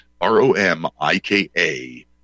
R-O-M-I-K-A